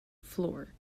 floor